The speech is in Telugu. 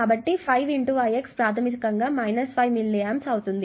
కాబట్టి 5 Ix ప్రాథమికంగా 5 మిల్లీ ఆంప్స్ అవుతుంది